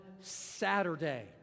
Saturday